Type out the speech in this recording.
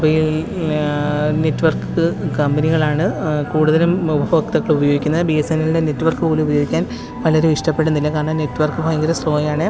mobile network കമ്പനികളാണ് കൂടുതലും ഉപഭോക്താക്കള് ഉപയോഗിക്കുന്ന ബീ എസ് എന്നലിന്റെ നെറ്റ്വർക്കുപോലും ഉപയോഗിക്കാന് പലരും ഇഷ്ടപ്പെടുന്നില്ല കാരണം നെറ്റ്വർക്ക് ഭയങ്കര സ്ലോയാണ്